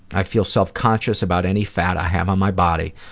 i feel self-conscious about any fat i have on my body.